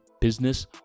business